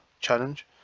challenge